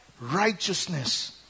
Righteousness